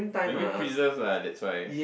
maybe preserved lah that's why